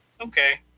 okay